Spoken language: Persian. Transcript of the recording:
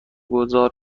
گذار